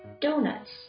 donuts